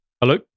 Hello